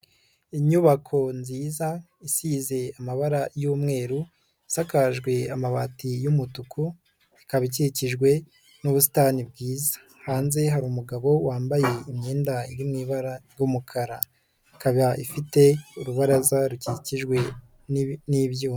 Inyubako nziza, isize amabara y'umweru, isakajwe amabati y'umutuku, ikaba ikikijwe n'ubusitani bwiza. Hanze hari umugabo wambaye imyenda iri mu ibara ry'umukara. Ikaba ifite urubaraza rukikijwe n'ibyuma.